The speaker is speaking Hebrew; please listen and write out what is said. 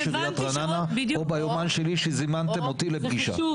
עיריית רעננה או ביומן שלי שזימנתם אותי לפגישה,